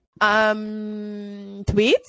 Tweets